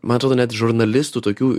man atrodo net žurnalistų tokių